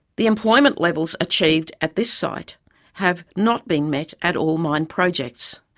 the employment levels achieved at this site have not been met at all mine projects.